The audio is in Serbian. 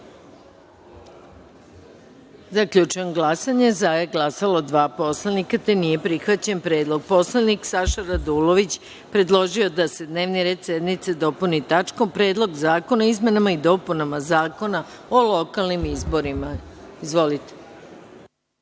predlog. Zaključujem glasanje: za su glasala dva poslanika, te nije prihvaćen predlog. Poslanik Saša Radulović predložio je da se dnevni red sednice dopuni tačkom Predlog zakona o izmenama i dopunama Zakona o lokalnim izborima. Izvolite.